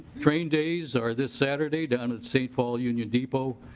train days are this saturday down in st. paul union depot.